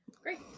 Great